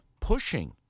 pushing